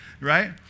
right